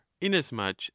inasmuch